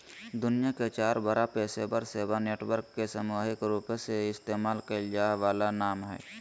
दुनिया के चार बड़ा पेशेवर सेवा नेटवर्क के सामूहिक रूपसे इस्तेमाल कइल जा वाला नाम हइ